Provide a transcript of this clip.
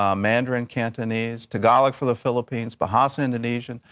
um mandarin, cantonese, tagalog, for the philippines, bahasa-indonesia.